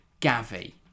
Gavi